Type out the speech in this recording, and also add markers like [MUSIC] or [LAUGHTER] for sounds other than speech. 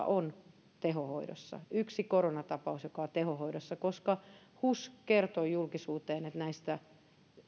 [UNINTELLIGIBLE] on se yksi koronatapaus joka on tehohoidossa koska hus kertoi julkisuuteen että näistä